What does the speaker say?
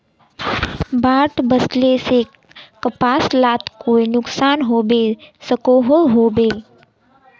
बाढ़ वस्ले से कपास लात कोई नुकसान होबे सकोहो होबे?